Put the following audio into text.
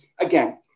again